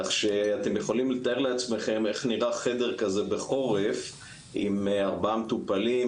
כך שאתם יכולים לתאר לעצמכם איך נראה חדר כזה בחורף עם 4 מטופלים,